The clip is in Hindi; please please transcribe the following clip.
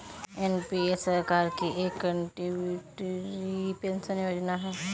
एन.पी.एस सरकार की एक कंट्रीब्यूटरी पेंशन योजना है